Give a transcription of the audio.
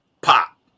pop